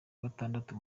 gatandatu